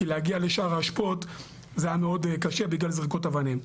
כי להגיע לשער האשפות זה היה מאוד קשה בגלל זריקות אנשים.